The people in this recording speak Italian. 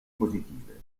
positive